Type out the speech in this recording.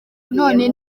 none